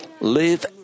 live